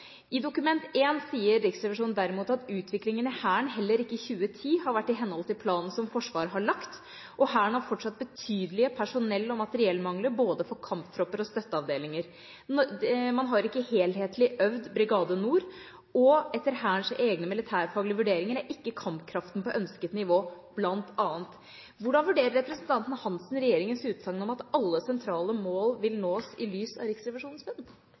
I Dokument 1 sier Riksrevisjonen derimot bl.a. at utviklingen i Hæren «heller ikke i 2010 er i henhold til planen som Forsvaret har lagt, og Hæren har fortsatt betydelige personell- og materiellmangler, både for kamptropper og støtteavdelinger. Brigade Nord har ikke øvd på en helhetlig måte i 2010, og har ikke – etter Hærens egne militærfaglige vurderinger – kampkraft på ønsket nivå». Hvordan vurderer representanten Hansen regjeringas utsagn om at alle sentrale mål vil nås, i lys av Riksrevisjonens